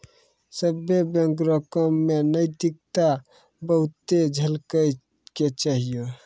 सभ्भे बैंक रो काम मे नैतिकता बहुते झलकै के चाहियो